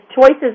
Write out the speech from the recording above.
Choices